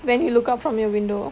when you look out from your window